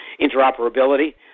interoperability